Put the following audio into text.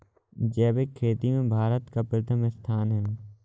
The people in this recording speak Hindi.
जैविक खेती में भारत का प्रथम स्थान